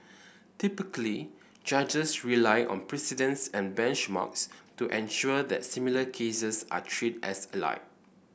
typically judges rely on precedents and benchmarks to ensure that similar cases are treated as alike